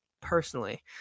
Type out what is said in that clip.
personally